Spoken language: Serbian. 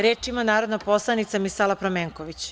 Reč ima narodna poslanica Misala Pramenković.